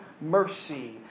mercy